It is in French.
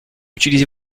utiliser